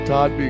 Todd